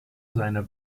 seiner